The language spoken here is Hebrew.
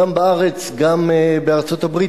גם בארץ וגם בארצות-הברית,